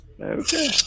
Okay